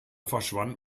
verschwand